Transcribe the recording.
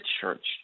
church